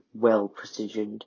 well-precisioned